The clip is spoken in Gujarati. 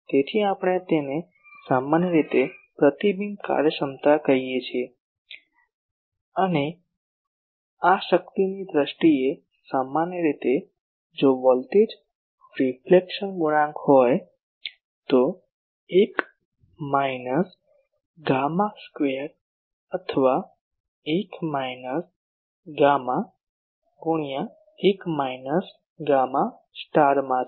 તેથી આપણે ρr ને સામાન્ય રીતે પ્રતિબિંબ કાર્યક્ષમતા કહીએ છીએ અને આ શક્તિની દ્રષ્ટિએ સામાન્ય રીતે જો વોલ્ટેજ રિફ્લેક્શન ગુણાંક હોય તો 1 માઇનસ ગામા સ્ક્વેર અથવા 1 માઈનસ ગામા ગુણ્યા 1 માઈનસ ગામા સ્ટારમાં છે